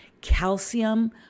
calcium